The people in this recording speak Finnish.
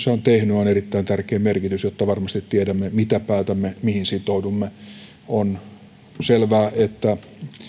on tehnyt on erittäin tärkeä merkitys että varmasti tiedämme mitä päätämme mihin sitoudumme on selvää että